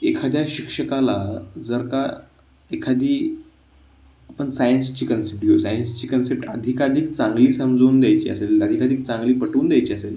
एखाद्या शिक्षकाला जर का एखादी आपण सायन्सची कन्सेप्ट घेऊ सायन्सची कन्सेप्ट अधिकाधिक चांगली समजवून द्यायची असेल तर अधिकाधिक चांगली पटवून द्यायची असेल